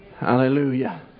Hallelujah